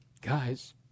Guys